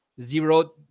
zero